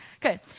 Good